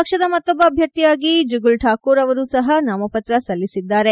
ಪಕ್ಷದ ಮತ್ತೊಬ್ಬ ಅಭ್ಯರ್ಥಿಯಾಗಿ ಜುಗಲ್ ಠಾಕೋರ್ ಅವರೂ ಸಹ ನಾಮಪತ್ರ ಸಲ್ಲಿಸಲಿದ್ದಾರೆ